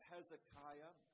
Hezekiah